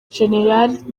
gen